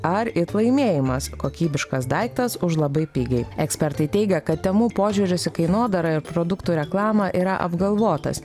ar it laimėjimas kokybiškas daiktas už labai pigiai ekspertai teigia kad temu požiūris į kainodarą ir produktų reklamą yra apgalvotas